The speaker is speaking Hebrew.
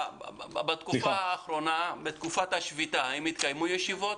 בתקופת השביתה האם התקיימו ישיבות?